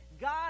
god